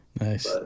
nice